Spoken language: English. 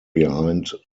behind